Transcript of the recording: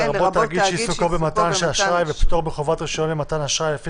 לרבות תאגיד שעיסוקו במתן אשראי ופטור מחובת רישיון למתן אשראי לפי